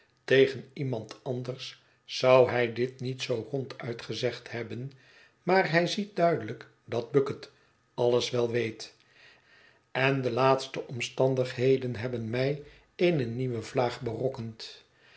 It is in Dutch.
tegen iemand anders zou hij dit niet zoo ronduit gezegd hebben maar hij ziet duidelijk dat bucket alles wel weet en de laatste omstandigheden hebben mij eene nieuwe vlaag berokkend